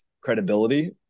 credibility